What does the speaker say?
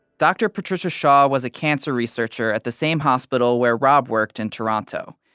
dr. patricia shaw was a cancer researcher at the same hospital where rob worked in toronto.